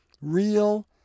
Real